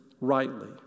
rightly